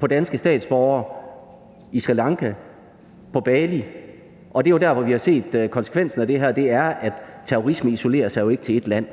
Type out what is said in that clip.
på danske statsborgere i Sri Lanka eller på Bali. Det er jo der, hvor vi har set konsekvensen af det her, og det er, at terrorisme jo ikke isolerer sig til ét land.